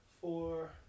Four